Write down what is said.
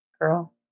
girl